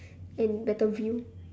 and better view